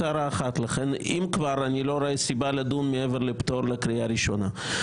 לכן אני לא רואה סיבה לדון בפטור מעבר לקריאה הראשונה.